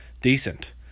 decent